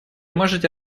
можете